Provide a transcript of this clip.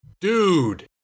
Dude